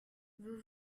vous